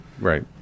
Right